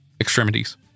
extremities